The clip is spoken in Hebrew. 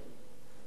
במחילה מכבודכם.